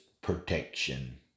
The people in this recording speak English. protection